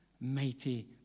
mighty